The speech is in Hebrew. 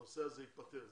הנושא הזה ייפתר.